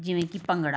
ਜਿਵੇਂ ਕਿ ਭੰਗੜਾ